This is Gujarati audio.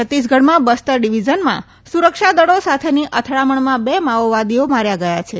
છત્તીસગઢમાં બસ્તર ડિવિઝનમાં સુરક્ષા દળો સાથેની અથડામણમાં બે માઓવાદીઓ માર્થા ગયા છે